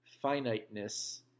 finiteness